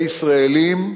וישראלים.